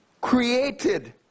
created